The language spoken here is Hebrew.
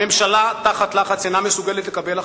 הממשלה תחת לחץ אינה מסוגלת לקבל החלטה,